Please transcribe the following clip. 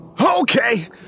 Okay